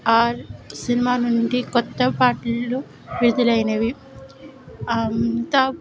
are cinema నుండి కొత్త పాటలు విడుదలైనవి అంతాబ్